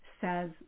says